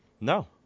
No